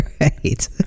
Right